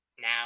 Now